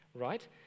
right